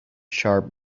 sharp